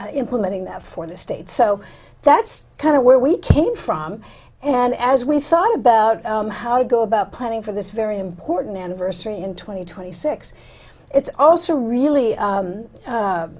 implementing them for the state so that's kind of where we came from and as we thought about how to go about planning for this very important anniversary in twenty twenty six it's also really